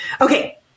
Okay